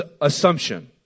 assumption